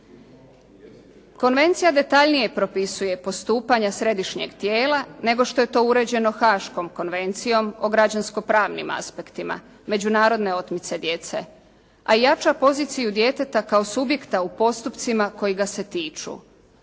Konvencija detaljnije propisuje postupanja središnjeg tijela nego što je to uređeno haaškom Konvencijom o građansko-pravnim aspektima međunarodne otmice djece, a jača poziciju djeteta kao subjekta u postupcima koji ga se tiču